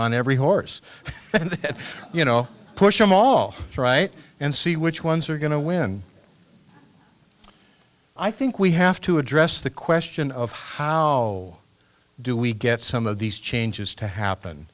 on every horse you know push them all right and see which ones are going to win i think we have to address the question of how do we get some of these changes to happen